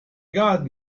garten